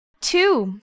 Two